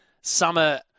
summer